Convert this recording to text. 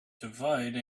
divide